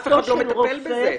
אף אחד לא מטפל בזה.